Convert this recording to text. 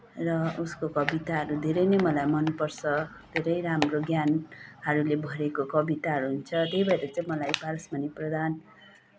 र उसको कविताहरू धेरै नै मलाई मनपर्छ धेरै राम्रो ज्ञानहरूले भरिएका कविताहरू हुन्छन् है त्यही भएर मलाई पारसमणि प्रधान